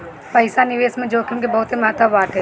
पईसा निवेश में जोखिम के बहुते महत्व बाटे